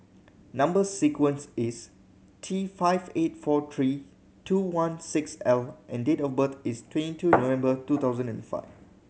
number sequence is T five eight four three two one six L and date of birth is twenty two November two thousand and five